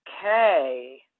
Okay